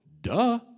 Duh